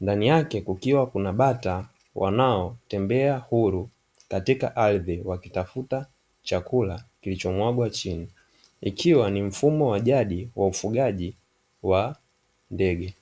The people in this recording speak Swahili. ndani yake kukiwa kuna bata waotembea huru katika ardhi, wakitafuta chakula kilichomwagwa chini, ikiwa ni mfumo wa jadi wa ufugaji wa ndege.